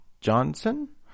Johnson